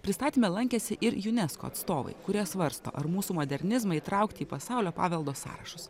pristatyme lankėsi ir unesco atstovai kurie svarsto ar mūsų modernizmą įtraukti į pasaulio paveldo sąrašus